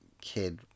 kid